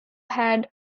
had